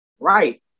Right